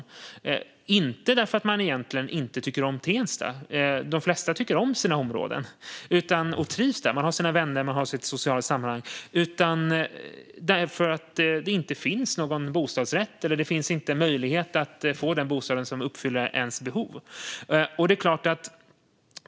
De flyttar inte därför att de inte tycker om Tensta - de flesta tycker om sina områden och trivs där med vänner och socialt sammanhang - utan de flyttar därför att det inte finns bostadsrätter eller möjligheter att få tag på den bostad som uppfyller behoven.